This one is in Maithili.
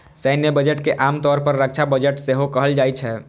सैन्य बजट के आम तौर पर रक्षा बजट सेहो कहल जाइ छै